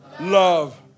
love